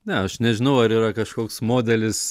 na aš nežinau ar yra kažkoks modelis